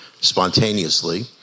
spontaneously